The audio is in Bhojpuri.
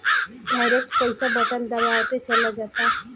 डायरेक्ट पईसा बटन दबावते चल जाता